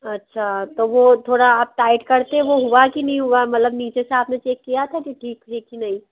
अच्छा तो वो थोड़ा आप टाइट करते हो हुआ कि नहीं हुआ मतलब कि नीचे से आप ने चेक किया था कि ठीक ठीक की नहीं